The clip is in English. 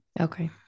Okay